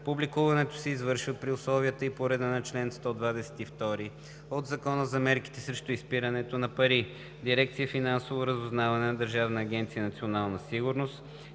Публикуването се извършва при условията и по реда на чл. 122 от Закона за мерките срещу изпирането на пари. Дирекция „Финансово разузнаване“ на Държавна агенция „Национална сигурност“